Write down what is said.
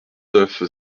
neuf